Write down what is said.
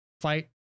fight